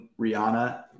Rihanna